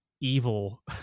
evil